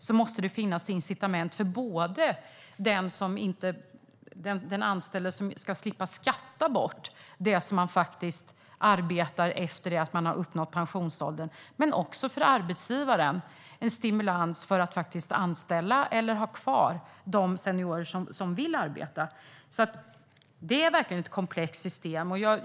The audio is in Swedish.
Då måste det finnas incitament för de anställda, som ska slippa skatta bort det som de får för att de arbetar efter att de har uppnått pensionsåldern. Men också arbetsgivaren behöver en stimulans för att anställa eller ha kvar de seniorer som vill arbeta. Det är verkligen ett komplext system.